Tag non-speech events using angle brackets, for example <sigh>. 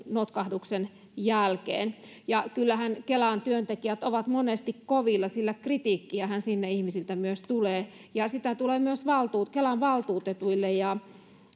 <unintelligible> notkahduksen jälkeen kyllähän kelan työntekijät ovat monesti kovilla sillä kritiikkiähän sinne ihmisiltä myös tulee ja sitä tulee myös kelan valtuutetuille